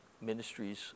ministries